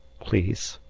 please!